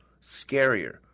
scarier